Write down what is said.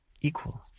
equal